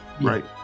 Right